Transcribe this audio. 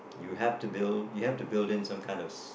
you have to build you have to build in some kind of